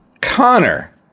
Connor